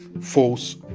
false